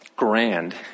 Grand